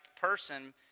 person